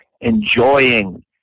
enjoying